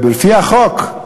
לפי החוק,